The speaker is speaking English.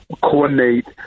coordinate